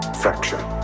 fracture